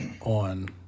on